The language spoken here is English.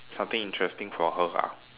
something interesting for her ah